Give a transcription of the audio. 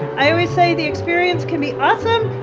i always say, the experience can be awesome,